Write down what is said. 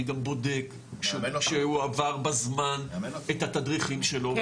אני גם בודק שהוא עבר בזמן את התדריכים שלו,